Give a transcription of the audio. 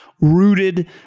rooted